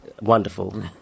wonderful